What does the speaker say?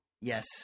Yes